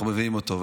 אנחנו מביאים אותו,